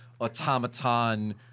automaton